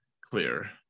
clear